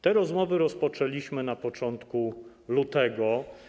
Te rozmowy rozpoczęliśmy na początku lutego.